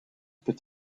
peut